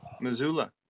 Missoula